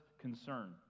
concern